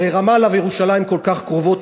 הרי רמאללה וירושלים כל כך קרובות,